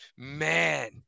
man